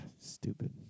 Stupid